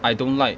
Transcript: I don't like